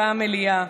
במליאה,